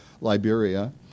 Liberia